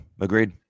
agreed